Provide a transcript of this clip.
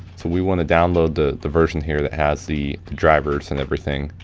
so, we wanna download the the version here that has the drivers and everything,